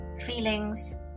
feelings